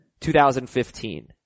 2015